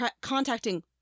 contacting